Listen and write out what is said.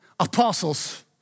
Apostles